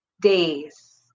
Days